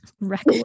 record